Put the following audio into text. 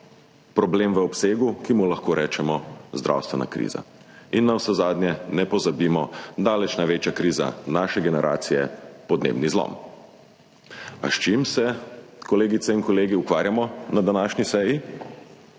problem v obsegu, ki mu lahko rečemo zdravstvena kriza. In navsezadnje, ne pozabimo, daleč največja kriza naše generacije – podnebni zlom. A s čim se, kolegice in kolegi, ukvarjamo na današnji seji?